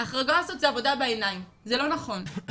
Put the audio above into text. ההחרגה הזו זו עבודה בעיניים, זה לא נכון.